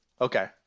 Okay